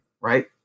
Right